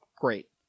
great